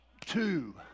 two